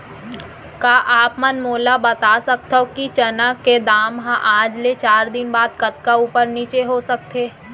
का आप मन मोला बता सकथव कि चना के दाम हा आज ले चार दिन बाद कतका ऊपर नीचे हो सकथे?